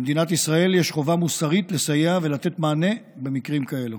למדינת ישראל יש חובה מוסרית לסייע ולתת מענה במקרים כאלה.